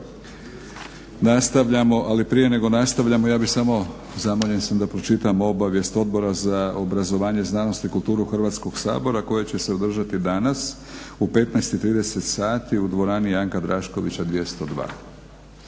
Nastavljamo, ali prije nego nastavljamo ja bih samo zamoljen sam da pročitam obavijest Odbora za obrazovanje, znanost i kulturu Hrvatskog sabora koja će se održati danas u 15,30 sati u dvorani Janka Draškovića 202.